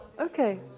Okay